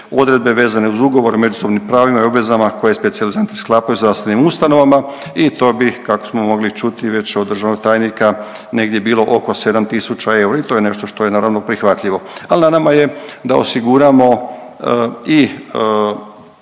odredbe vezane uz ugovor, međusobnim pravima i obvezama koje specijalizanti sklapaju u zdravstvenim ustanovama. I to bi kako smo mogli čuti već od državnog tajnika negdje bilo oko 7000 eura. I to je nešto što je naravno prihvatljivo. Ali na nama je da osiguramo i